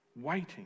waiting